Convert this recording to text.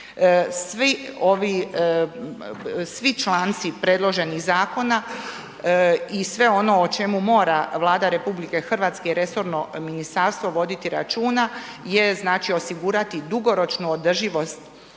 svi članci predloženih zakona i sve ono o čemu mora Vlada RH i resorno ministarstvo voditi računa je znači osigurati dugoročnu održivost